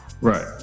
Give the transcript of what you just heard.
Right